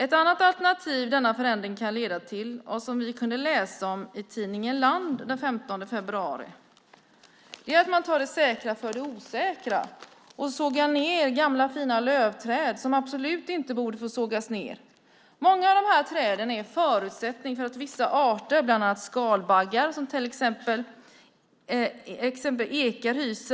En annan sak som denna förändring kan leda till, och som vi kunde läsa om i tidningen Land den 15 februari, är att man tar det säkra före det osäkra och sågar ned gamla fina lövträd som absolut inte borde få sågas ned. Många av de här träden är en förutsättning för vissa arter, bland annat skalbaggar. Ekar hyser exempelvis